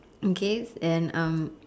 okay and um